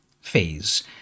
phase